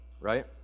right